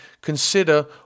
consider